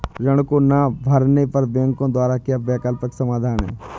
ऋण को ना भरने पर बैंकों द्वारा क्या वैकल्पिक समाधान हैं?